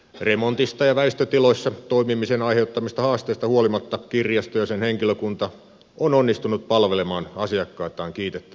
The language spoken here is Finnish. remontista ja väistötiloissa toimimisen aiheuttamista haasteista huolimatta kirjasto ja sen henkilökunta ovat onnistuneet palvelemaan asiakkaitaan kiitettävästi